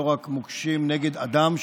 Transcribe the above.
לא רק מוקשים נגד אדם,